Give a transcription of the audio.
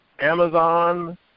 Amazon